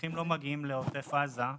שליחים לא מגיעים לעוטף עזה,